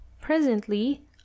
presently